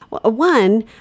One